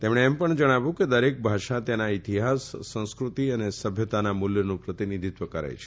તેઓએ એમ પણ જણાવ્યું કે દરેક ભાષા તેના ઇતિહાસ સંસ્કૃતિ અને સભ્યતાના મુલ્યનું પ્રતિનિધિત્વ કરે છે